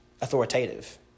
authoritative